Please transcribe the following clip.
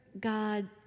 God